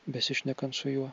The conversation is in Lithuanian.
besišnekant su juo